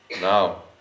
Now